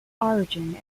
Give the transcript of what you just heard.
origin